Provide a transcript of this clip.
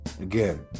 Again